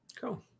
cool